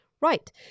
Right